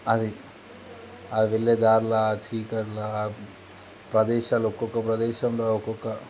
అది ఆ వెళ్ళే దారిలో చీకటి ప్రదేశాలు ఒక్కొక్క ప్రదేశంలో ఒక్కొక్క